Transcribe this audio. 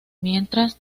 mientras